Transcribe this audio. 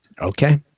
Okay